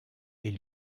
est